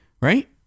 right